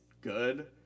good